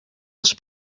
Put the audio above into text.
els